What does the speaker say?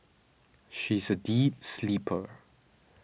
she is a deep sleeper